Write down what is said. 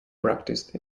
practised